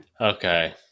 okay